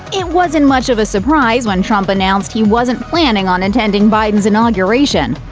it wasn't much of a surprise when trump announced he wasn't planning on attending biden's inauguration.